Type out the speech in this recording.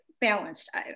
Balanced